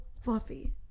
fluffy